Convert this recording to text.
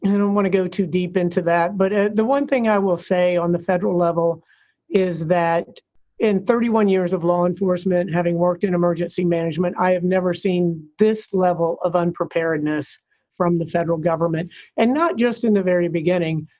don't want to go too deep into that but ah the one thing i will say on the federal level is that in thirty one years of law enforcement, having worked in emergency management, i have never seen this level of unpreparedness from the federal government and not just in the very beginning.